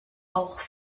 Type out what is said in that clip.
auch